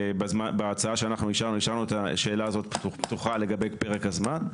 בהצעה השארנו את השאלה הזאת לגבי פרק הזמן פתוחה.